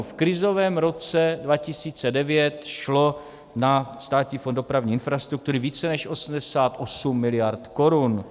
V krizovém roce 2009 šlo na Státní fond dopravní infrastruktury více než 88 miliard korun.